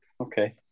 okay